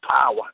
power